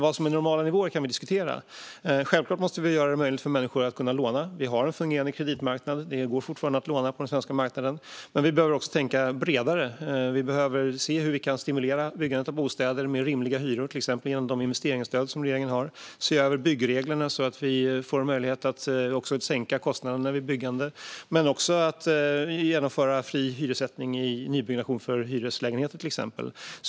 Vad som är normala nivåer kan vi alltså diskutera. Självklart måste vi göra det möjligt för människor att låna. Vi har en fungerande kreditmarknad. Det går fortfarande att låna på den svenska marknaden. Men vi behöver också tänka bredare. Vi behöver se hur vi kan stimulera byggandet av bostäder med rimliga hyror, till exempel genom regeringens investeringsstöd. Vi behöver se över byggreglerna så att det också blir möjligt att sänka kostnaderna vid byggande. Men vi behöver också genomföra fri hyressättning vid nybyggnation av hyreslägenheter, till exempel.